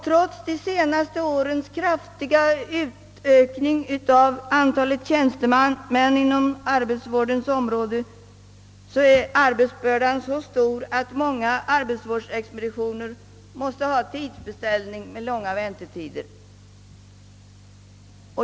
Trots de senaste årens kraftiga utökning av antalet tjänstemän inom arbetsvården, är arbetsbördan så stor att smånga arbetsvårdsexpeditioner måste ha tidsbeställning med långa väntetider.